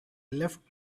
left